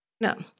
no